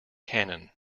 canon